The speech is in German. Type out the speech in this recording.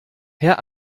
herr